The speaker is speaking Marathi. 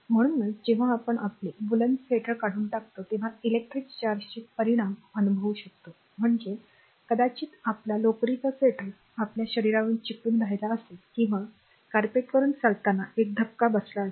म्हणूनच जेव्हा आपण आपले वूलन स्वेटर काढून टाकतो तेव्हा इलेक्ट्रिक चार्जचे परिणाम अनुभवू शकतो म्हणजे कदाचित आपला लोकरीचा स्वेटर आपल्या शरीरावर चिकटून राहिला असेल किंवा कार्पेटवरून चालताना एक धक्का बसला असेल